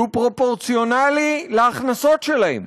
שהוא פרופורציונלי להכנסות שלהם.